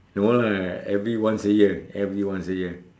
the one right every once a year every once a year